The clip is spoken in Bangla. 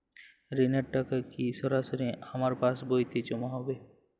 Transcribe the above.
ঋণের টাকা কি সরাসরি আমার পাসবইতে জমা হবে?